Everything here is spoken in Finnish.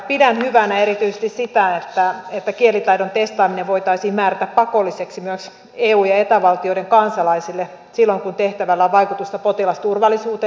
pidän hyvänä erityisesti sitä että kielitaidon testaaminen voitaisiin määrätä pakolliseksi myös eu ja eta valtioiden kansalaisille silloin kun tehtävällä on vaikutusta potilasturvallisuuteen